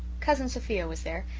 cousin sophia was there,